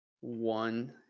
one